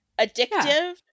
addictive